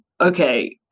okay